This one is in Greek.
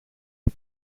του